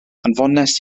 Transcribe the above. anfonais